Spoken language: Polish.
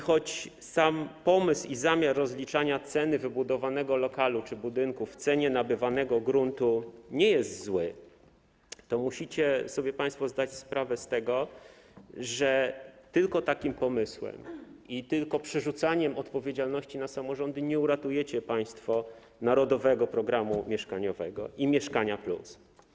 Choć sam pomysł i zamiar rozliczania ceny wybudowanego lokalu czy budynku w cenie nabywanego gruntu nie jest zły, to musicie sobie państwo zdać sprawę z tego, że tylko takim pomysłem i tylko przerzucaniem odpowiedzialności na samorządy nie uratujecie państwo „Narodowego programu mieszkaniowego” i „Mieszkania+”